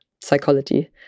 psychology